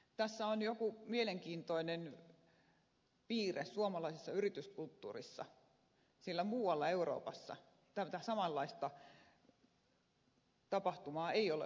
tässä suomalaisessa yrityskulttuurissa on joku mielenkiintoinen piirre sillä muualla euroopassa tätä samanlaista tapahtumaa ei ole ollut